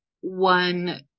one